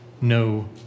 no